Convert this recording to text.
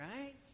right